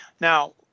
Now